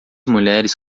mulheres